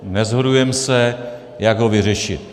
Neshodujeme se, jak ho vyřešit.